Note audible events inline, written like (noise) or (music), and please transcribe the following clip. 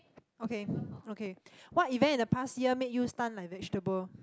okay (breath) okay what event in the past year made you stun like vegetable